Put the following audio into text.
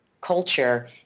culture